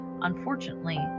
Unfortunately